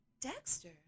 Dexter